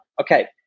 okay